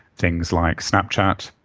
things like snapchat,